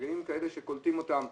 מגיעים כאלה שקולטים אותם,